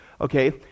Okay